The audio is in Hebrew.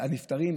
הנפטרים.